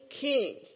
king